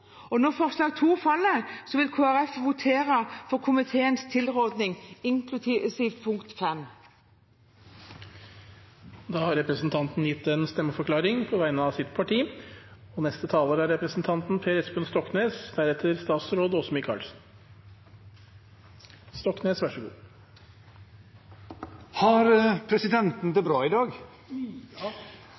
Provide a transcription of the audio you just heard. og om forslag nr. 2 faller, vil Kristelig Folkeparti votere for komiteens tilråding, inklusiv punkt V. Da har representanten Olaug V. Bollestad gitt en stemmeforklaring på vegne av sitt parti. Har presidenten det bra i dag? Ja. Hvis vi ser for oss en stige, hvor ti er det